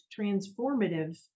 transformative